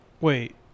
wait